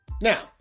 Now